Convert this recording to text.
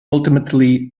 ultimately